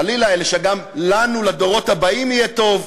חלילה, אלא שגם לנו, לדורות הבאים, יהיה טוב,